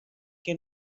que